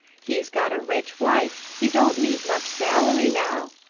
he's got a rich wife, he don't need much salary now.